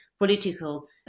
political